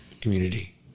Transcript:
community